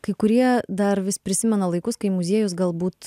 kai kurie dar vis prisimena laikus kai muziejus galbūt